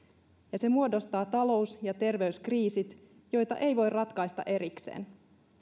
ja se muodostaa talous ja terveyskriisit joita ei voi ratkaista erikseen